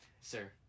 Sir